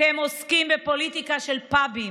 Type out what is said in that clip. אתם עוסקים בפוליטיקה של פאבים,